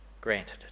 granted